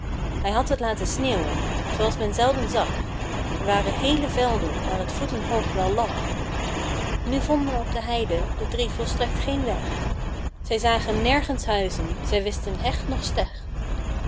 hij had het laten sneeuwen zooals men zelden zag er waren heele velden waar t voeten hoog wel lag nu vonden op de heide de drie volstrekt geen weg zij zagen nergens huizen zij wisten heg noch steg